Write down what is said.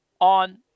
on